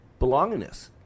belongingness